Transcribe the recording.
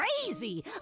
crazy